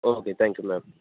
okay thank you ma'am